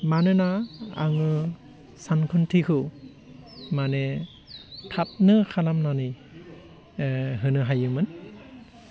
मानोना आङो सानखान्थिखौ माने थाबनो खालामनानै होनो हायोमोन